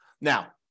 Now